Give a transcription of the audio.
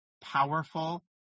powerful